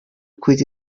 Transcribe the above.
could